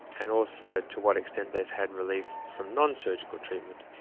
and also to what extent they've had relief from non-surgical treatment.